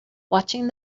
watching